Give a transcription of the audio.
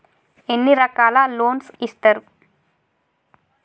ఎన్ని రకాల లోన్స్ ఇస్తరు?